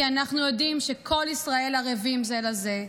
כי אנחנו יודעים שכל ישראל ערבים זה לזה.